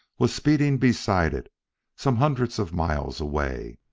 was speeding beside it some hundreds of miles away.